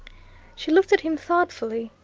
she looked at him thoughtfully,